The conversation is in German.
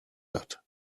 hat